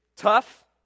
tough